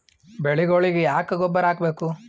ಬೆಳಿಗೊಳಿಗಿ ಯಾಕ ಗೊಬ್ಬರ ಹಾಕಬೇಕು?